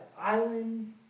island